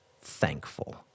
thankful